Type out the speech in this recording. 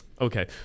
okay